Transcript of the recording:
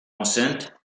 enceintes